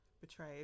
Betrayed